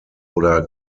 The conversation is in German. oder